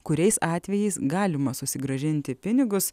kuriais atvejais galima susigrąžinti pinigus